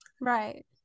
Right